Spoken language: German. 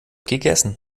gegessen